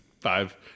Five